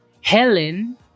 Helen